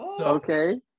okay